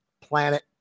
planet